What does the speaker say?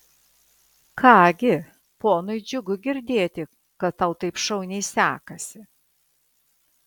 ką gi ponui džiugu girdėti kad tau taip šauniai sekasi